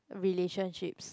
relationships